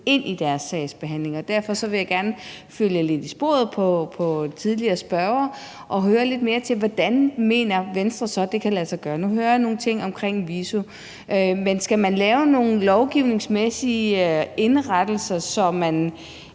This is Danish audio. ind i deres sagsbehandling, og derfor vil jeg gerne følge lidt i tidligere spørgeres spor og høre lidt mere til, hvordan Venstre så mener det kan lade sig gøre. Nu hører jeg nogle ting omkring VISO, men skal man indrette det lovgivningsmæssigt sådan, at man